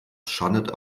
schadet